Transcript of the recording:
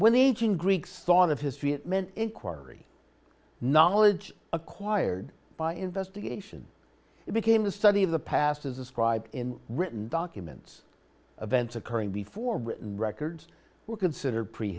when the aging greeks thought of history it meant inquiry knowledge acquired by investigation it became the study of the past as described in written documents events occurring before written records were considered